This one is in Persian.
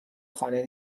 خانه